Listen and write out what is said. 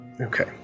Okay